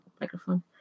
microphone